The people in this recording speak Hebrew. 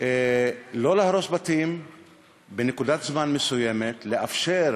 לא להרוס בתים בנקודת זמן מסוימת, לאפשר